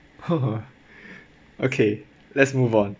okay let's move on